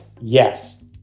yes